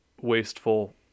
wasteful